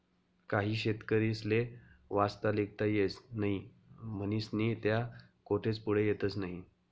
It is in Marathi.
काही शेतकरीस्ले वाचता लिखता येस नही म्हनीस्नी त्या कोठेच पुढे येतस नही